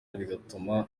bigatuma